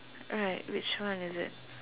right which one is it